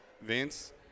Vince